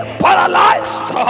paralyzed